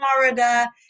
Florida